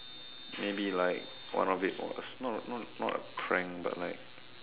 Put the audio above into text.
maybe like one of it was not not not a prank but like